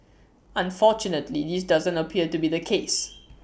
unfortunately this doesn't appear to be the case